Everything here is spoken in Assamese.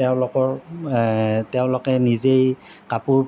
তেওঁলোকৰ তেওঁলোকে নিজেই কাপোৰ